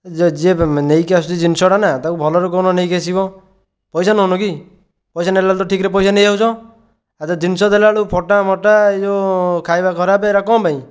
ଯିଏ ଯିଏ ନେଇକି ଆସୁଛି ଜିନିଷଟା ନା ତାକୁ ଭଲରେ କହୁନ ନେଇକି ଆସିବ ପଇସା ନଉନ କି ପଇସା ନେଲାବେଳେ ତ ଠିକରେ ପଇସା ନେଇଯାଉଛ ଆଉ ଜିନିଷ ଦେଲାବେଳକୁ ଫଟା ମଟା ଏଯେଉଁ ଖାଇବା ଖରାପ ଏଗୁଡ଼ାକ କଣ ପାଇଁ